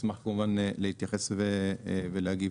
אשמח כמובן להתייחס ולהגיב.